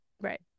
right